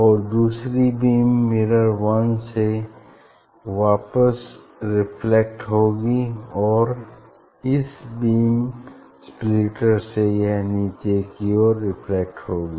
और दूसरी beam mirror one से वापस रिफ्लेक्ट होगी और इस बीम स्प्लिटर से यह नीचे की और रिफ्लेक्ट होगी